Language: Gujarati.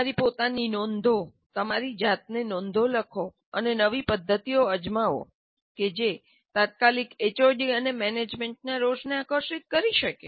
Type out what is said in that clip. તમારી પોતાની નોંધો 'તમારી જાતને નોંધો'લખો અને નવી પદ્ધતિઓ અજમાવો કે જે તાત્કાલિક એચઓડી અને મેનેજમેન્ટના રોષને આકર્ષિત કરી શકે